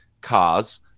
cars